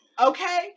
Okay